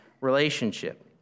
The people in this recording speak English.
relationship